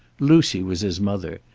lucy was his mother,